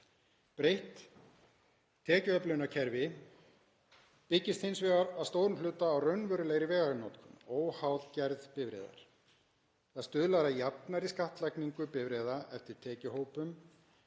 Breytt tekjuöflunarkerfi byggist hins vegar að stórum hluta á raunverulegri veganotkun, óháð gerð bifreiðar. Það stuðlar að jafnari skattlagningu bifreiða eftir tekjuhópum